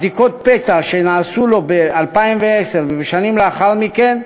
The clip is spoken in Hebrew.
בבדיקות הפתע שנעשו במפעל ב-2010 ובשנים לאחר מכן,